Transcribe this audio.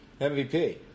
MVP